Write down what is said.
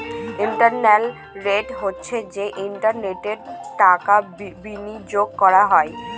internal rate হচ্ছে যে ইন্টারেস্টে টাকা বিনিয়োগ করা হয়